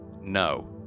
No